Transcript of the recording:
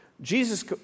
Jesus